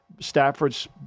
Stafford's